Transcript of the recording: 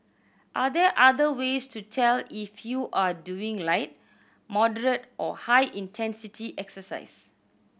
are there other ways to tell if you are doing light or high intensity exercise